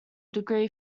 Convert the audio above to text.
degree